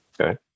Okay